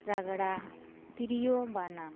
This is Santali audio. ᱨᱮᱜᱽᱲᱟ ᱛᱤᱨᱭᱳ ᱵᱟᱱᱟᱢ